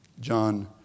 John